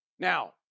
Now